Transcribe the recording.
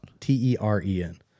T-E-R-E-N